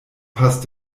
passt